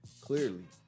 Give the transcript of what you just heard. clearly